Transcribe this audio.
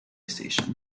station